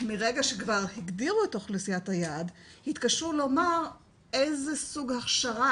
מרגע שכבר הגדירו את אוכלוסיית היעד התקשו לומר איזה סוג הכשרה,